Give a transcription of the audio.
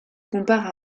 comparent